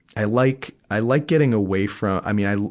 i like, i like getting away from, i mean, i,